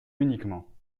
uniquement